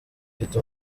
ifite